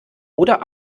oder